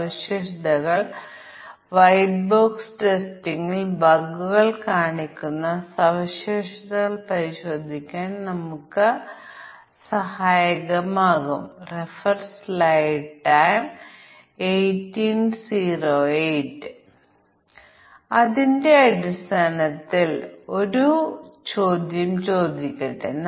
ഒരുപക്ഷേ ഈ ബൂളിയൻ മൂല്യങ്ങൾ ഉപയോക്തൃ ഇന്റർഫേസുകളിൽ വളരെ സാധാരണമാണ് അവിടെ നമുക്ക് റേഡിയോ ബട്ടണുകളുണ്ട് ഒന്നുകിൽ ഞങ്ങൾ റേഡിയോ ബട്ടൺ അടയാളപ്പെടുത്തുകയോ അടയാളപ്പെടുത്തുകയോ ചെയ്യും